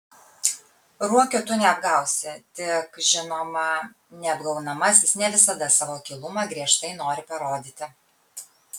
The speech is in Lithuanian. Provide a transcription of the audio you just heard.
ruokio tu neapgausi tik žinoma neapgaunamasis ne visada savo akylumą griežtai nori parodyti